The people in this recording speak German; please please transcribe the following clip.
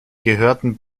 gehörten